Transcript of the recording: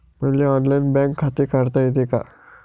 मले online bank खाते काढता येते का?